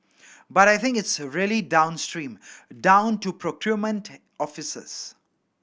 but I think it's really downstream down to procurement offices